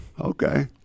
Okay